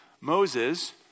Moses